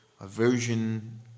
aversion